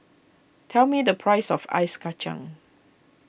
tell me the price of Ice Kachang